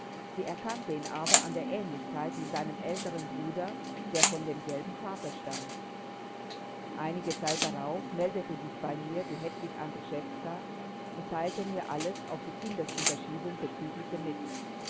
sie erkannte ihn aber an der ähnlichkeit mit seinem älteren bruder der von demselben vater stammt einige zeit darauf meldete sich bei mir die hedwig andruszewska und teilte mir alles auf die kindesunterschiebung bezügliche mit